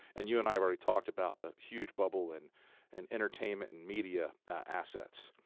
and you and i have already talked about the huge bubble in and entertainment and media assets.